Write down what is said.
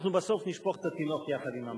שבסוף אנחנו נשפוך את התינוק יחד עם המים.